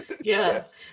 yes